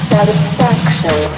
Satisfaction